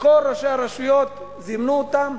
כל ראשי הרשויות, זימנו אותם,